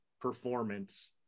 performance